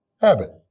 habit